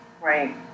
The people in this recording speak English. Right